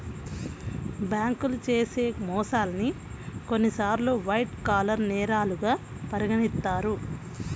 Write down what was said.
బ్యేంకులు చేసే మోసాల్ని కొన్నిసార్లు వైట్ కాలర్ నేరాలుగా పరిగణిత్తారు